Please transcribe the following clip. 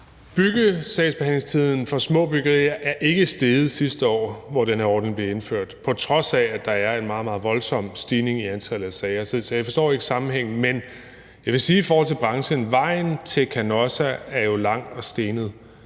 Byggesagsbehandlingstiden for små byggerier er ikke steget sidste år, hvor den her ordning blev indført, på trods af at der er en meget, meget voldsom stigning i antallet af sager. Så jeg forstår ikke sammenhængen. Men jeg vil sige i forhold til branchen, at vejen til Canossa jo er lang og stenet